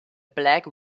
black